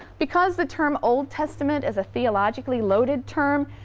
because the term old testament is a theologically loaded term,